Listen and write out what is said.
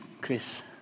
Chris